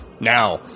now